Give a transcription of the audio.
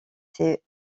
s’est